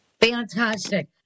Fantastic